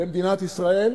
למדינת ישראל.